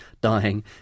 dying